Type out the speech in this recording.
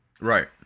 Right